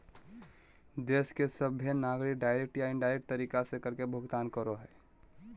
देश के सभहे नागरिक डायरेक्ट या इनडायरेक्ट तरीका से कर के भुगतान करो हय